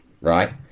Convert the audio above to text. right